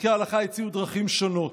פוסקי ההלכה הציעו דרכים שונות"